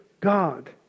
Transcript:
God